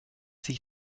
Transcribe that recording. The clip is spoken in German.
sich